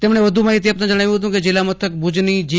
તેમણે વધ્ માહિતી આપતા જણાવ્યું કે જિલ્લા મથક ભૂજની જી